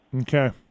Okay